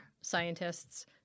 scientists